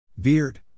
Beard